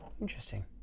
Interesting